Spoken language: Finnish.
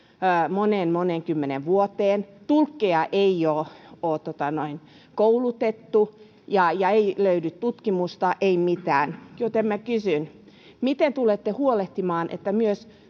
moneen moneen kymmeneen vuoteen tulkkeja ei ole koulutettu eikä löydy tutkimusta ei mitään joten minä kysyn miten tulette huolehtimaan että myös